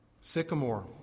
Sycamore